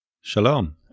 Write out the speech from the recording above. Shalom